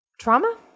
Trauma